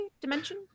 dimension